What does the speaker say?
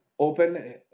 open